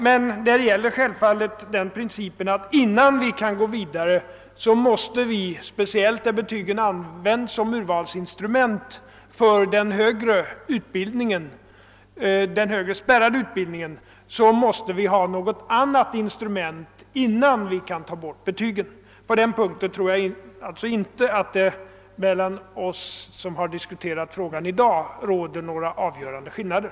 Men där gäller självfallet den principen, att innan vi kan gå vidare måste vi, speciellt när betygen används som urvalsinstrument för den högre spärrade utbildningen, ha något annat att sätta i stället, innan vi tar bort betygen. — Jag tror alltså att det på denna punkt inte råder några avgörande skiljaktigheter i uppfattning mellan oss som diskuterat frågan i dag.